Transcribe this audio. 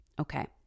okay